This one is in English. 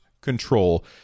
control